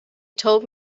told